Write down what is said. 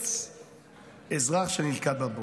לחלץ אזרח שנלכד בבור,